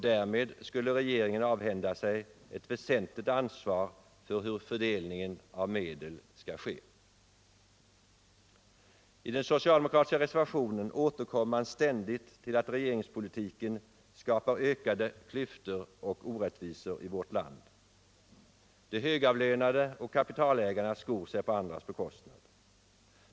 Därmed skulle regeringen avhända sig ett väsentligt ansvar för hur fördelningen av medel skall ske. I den socialdemokratiska reservationen I återkommer man ständigt till att regeringspolitiken skapar ökade klyftor och orättvisor i vårt land. De högavlönade och kapitalägarna skor sig på andras bekostnad.